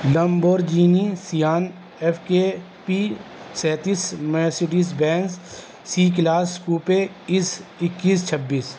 Lamborghini Sian F K P سینتس Mercedes Benz C class coupe اس اکیس چھبیس